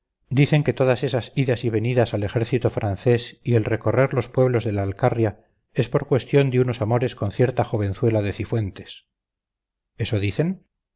dicen que todas esas idas y venidas al ejército francés y el recorrer los pueblos de la alcarria es por cuestión de unos amores con cierta jovenzuela de cifuentes eso dicen